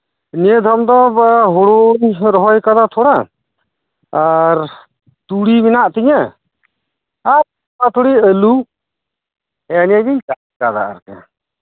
ᱱᱤᱭᱟᱹ ᱫᱷᱟᱢ ᱫᱚ ᱦᱩᱲᱩᱧ ᱨᱚᱦᱚᱭ ᱟᱠᱟᱫᱟ ᱛᱷᱚᱲᱟ ᱟᱨ ᱛᱩᱲᱤ ᱢᱮᱱᱟᱜ ᱛᱤᱧᱟᱹ ᱟᱨ ᱛᱷᱚᱲᱟᱛᱷᱚᱲᱤ ᱟᱹᱞᱩ ᱦᱮᱜ ᱮ ᱱᱤᱭᱟᱹ ᱜᱤᱧ ᱪᱟᱥ ᱟᱠᱟᱫᱟ